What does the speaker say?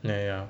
meh ah